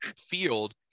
field